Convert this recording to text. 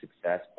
Success